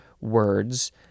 words